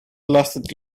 lasted